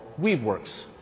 Weaveworks